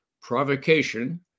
provocation